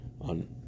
on